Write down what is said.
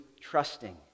trusting